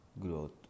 growth